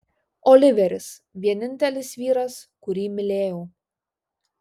oliveris vienintelis vyras kurį mylėjau